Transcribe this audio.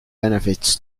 benefits